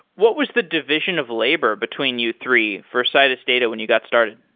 what was the division of labor between you three for citus data when you got started?